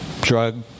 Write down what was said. drug